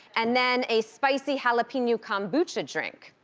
and then a spicy jalapeno kombucha drink.